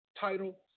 title